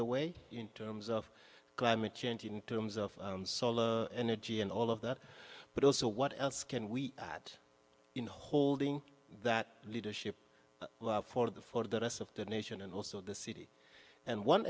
the way in terms of climate change in terms of energy and all of that but also what else can we add in holding that leadership for the for the rest of the nation and also the city and one